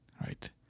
Right